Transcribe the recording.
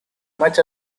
much